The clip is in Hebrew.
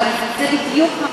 אבל זה בדיוק,